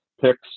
picks